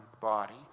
body